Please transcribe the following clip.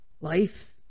Life